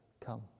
come